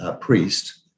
priest